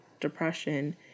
depression